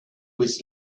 was